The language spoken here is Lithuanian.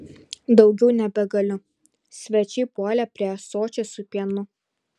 daugiau nebegaliu svečiai puolė prie ąsočio su pienu